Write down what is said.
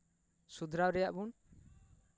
ᱥᱩᱫᱷᱨᱟᱹᱣ ᱨᱮᱭᱟᱜ ᱵᱚᱱ